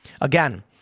Again